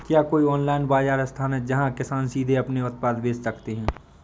क्या कोई ऑनलाइन बाज़ार स्थान है जहाँ किसान सीधे अपने उत्पाद बेच सकते हैं?